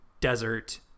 desert